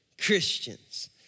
Christians